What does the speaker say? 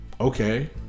Okay